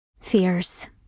Fears